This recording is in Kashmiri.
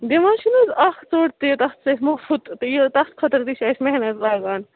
دِوان چھِنہٕ حظ اَکھ ژوٚٹ تہِ تَتھ سۭتۍ مُفٕت تہٕ یہِ تَتھ خٲطرٕ تہِ چھِ اَسہِ محنت لَگان